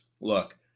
look